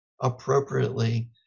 appropriately